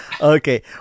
Okay